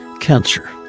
cancer.